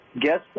guest